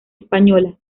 española